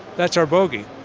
that's our bogey.